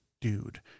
dude